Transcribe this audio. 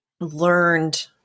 learned